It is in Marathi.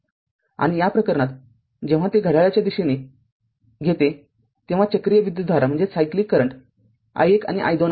आणि या प्रकरणात जेव्हा हे घड्याळाच्या दिशेने घेते तेव्हा चक्रीय विद्युतधारा i१ आणि i२ आहे